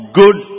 good